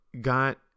got